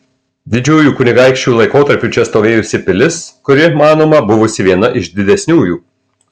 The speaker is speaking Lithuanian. didžiųjų kunigaikščių laikotarpiu čia stovėjusi pilis kuri manoma buvusi viena iš didesniųjų